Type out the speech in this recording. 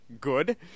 good